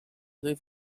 leave